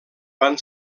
van